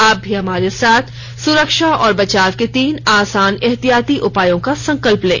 आप भी हमारे साथ सुरक्षा और बचाव के तीन आसान एहतियाती उपायों का संकल्प लें